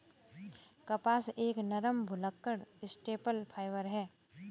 कपास एक नरम, भुलक्कड़ स्टेपल फाइबर है